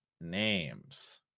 names